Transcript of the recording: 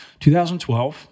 2012